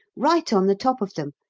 right on the top of them,